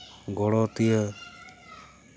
ᱜᱚᱲᱚ ᱛᱤᱭᱟᱹ